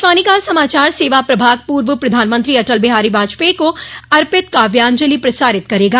आकाशवाणी का समाचार सेवा प्रभाग पूर्व प्रधानमंत्री अटल बिहारी वाजपेयी को अर्पित काव्यांजलि प्रसारित करेगा